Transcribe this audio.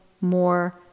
more